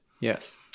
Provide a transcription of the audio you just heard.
yes